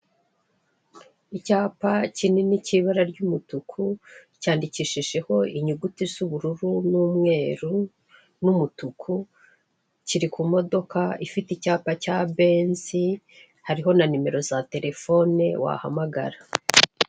Icyapa kinini cyibara rya umutuku cyandikishijeho inyuguti zubururu n'umweru numutuku kiri kumodoka ifite icyapa cya benzi hariho na nimero za telefone wahamagara.